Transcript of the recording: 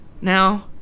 Now